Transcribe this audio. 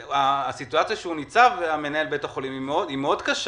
הסיטואציה שמנהל בית החולים נמצא בה היא מאוד קשה.